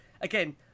again